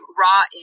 raw